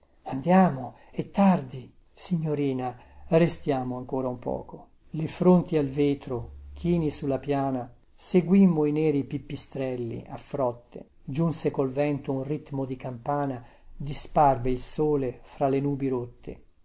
andiamo è tardi signorina restiamo ancora un poco le fronti al vetro chini sulla piana seguimmo i neri pipistrelli a frotte giunse col vento un ritmo di campana disparve il sole fra le nubi rotte